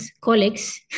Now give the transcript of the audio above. colleagues